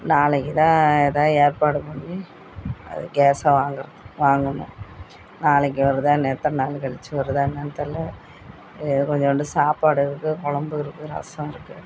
நாளைக்குதான் எதாவது ஏற்பாடு பண்ணி அது கேஸை வாங்கிறத்துக்கு வாங்கணும் நாளைக்கு வருதா இன்னும் எத்தனை நாள் கழிச்சி வருதா என்னென்னு தெரில ஏதோ கொஞ்சோண்டு சாப்பாடு இருக்குது குழம்பு இருக்குது ரசம் இருக்குது